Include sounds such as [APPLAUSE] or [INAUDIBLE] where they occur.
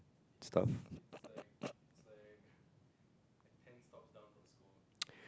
stuff [NOISE]